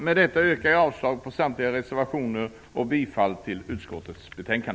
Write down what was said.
Med det anförda yrkar jag avslag på samtliga reservationer och bifall till utskottets hemställan.